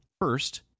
first